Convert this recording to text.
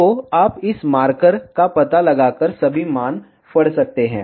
तो आप इस मार्कर का पता लगाकर सभी मान पढ़ सकते हैं